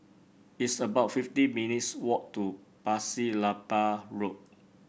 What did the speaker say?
it's about fifty minutes' walk to Pasir Laba Road